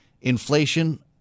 inflation